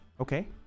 Okay